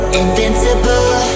Invincible